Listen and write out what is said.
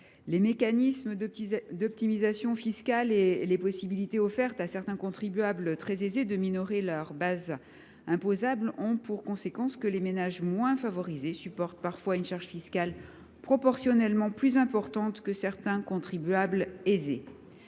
les mécanismes d’optimisation fiscale et les possibilités offertes à certains contribuables très aisés de minorer leur base imposable ont parfois pour conséquence de faire supporter aux ménages les moins favorisés une charge fiscale proportionnellement plus importante que certains contribuables aisés.